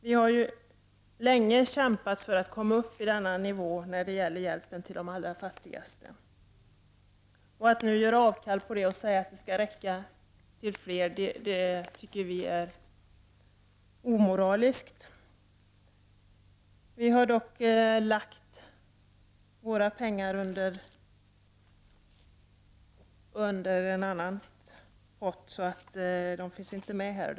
Vi har ju länge kämpat för att komma upp till denna nivå när det gäller hjälpen till de allra fattigaste. Att nu göra avkall på den målsättningen och säga att de pengarna skall räcka till fler tycker vi är omoraliskt. Vi har dock föreslagit att pengarna läggs i en annan ”pott”, som inte tas upp i det betänkande vi nu behandlar.